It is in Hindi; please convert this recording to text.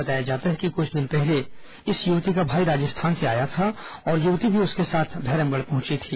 बताया जाता है कि कुछ दिन पहले इस युवती का भाई राजस्थान से आया था और युवती भी उसके साथ भैरमगढ़ पहुंची थी